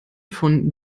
von